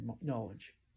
knowledge